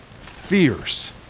Fierce